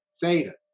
theta